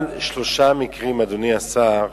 אבל שלושה מקרים, אדוני השר,